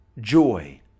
joy